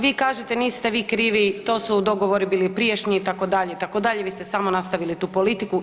Vi kažete niste vi krivi, to su dogovori bili prijašnji itd., itd., vi ste samo nastavili tu politiku.